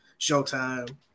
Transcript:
Showtime